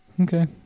Okay